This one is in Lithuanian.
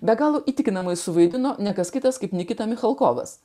be galo įtikinamai suvaidino ne kas kitas kaip nikita michalkovas